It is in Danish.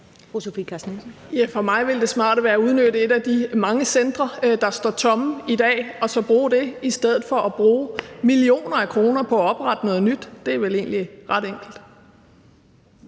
For mig ville det smarte være at udnytte et af de mange centre, der står tomme i dag, og så bruge det i stedet for at bruge millioner af kroner på at oprette noget nyt. Det er vel egentlig ret enkelt.